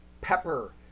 pepper